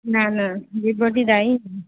না না dead body দেয়ই নি